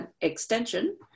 extension